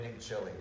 chili